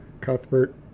Cuthbert